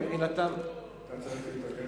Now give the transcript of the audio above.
זה לא, חבר הכנסת נסים זאב, אתה צריך לסיים.